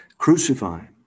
crucifying